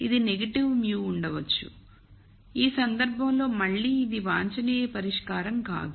ఇది నెగిటివ్ μ ఉండవచ్చు ఈ సందర్భంలో మళ్ళీ ఇది వాంఛనీయ పరిష్కారం కాదు